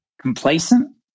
complacent